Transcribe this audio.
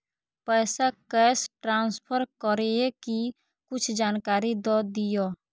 पैसा cash transfer करऐ कि कुछ जानकारी द दिअ